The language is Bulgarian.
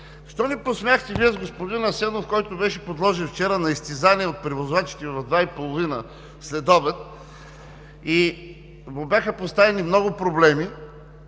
Защо не посмяхте Вие с господин Асенов, който беше подложен вчера на изтезания от превозвачите в 14,30 ч. следобед и му бяха поставени много проблеми,